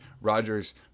Roger's